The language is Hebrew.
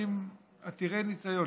אנשים עתירי ניסיון,